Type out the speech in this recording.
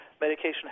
medication